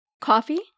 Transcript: Coffee